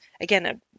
again